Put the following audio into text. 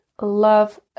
love